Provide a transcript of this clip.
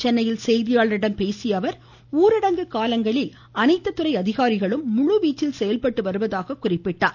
சென்னையில் செய்தியாளர்களிடம் பேசிய அவர் ஊரடங்கு காலத்தில் அனைத்து துறை அதிகாரிகளும் முழு வீச்சில் செயல்பட்டு வருவதாக குறிப்பிட்டார்